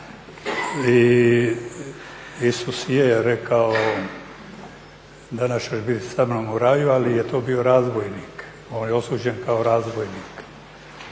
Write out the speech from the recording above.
i Isus je rekao da … u raju, ali je to bio razbojnik, on je osuđen kao razbojnik.